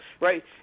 right